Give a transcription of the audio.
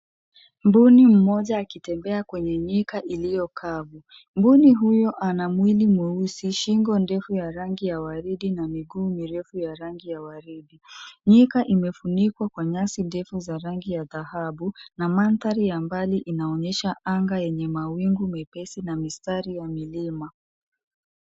Mbuni mmoja akitembea kwenye nyika iliyo kavu. Mbuni huyo ana mwili mweusi, shingo ndefu ya rangi ya waridi na miguu mirefu ya rangi ya waridi. Nyika imefunikwa kwa nyasi ndefu za rangi ya dhahabu, na mandhari ya mbali inaonyesha anga yenye mawingu mepesi na mistari ya milima.